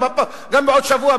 גם בעוד שבוע,